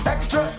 Extra